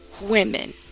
women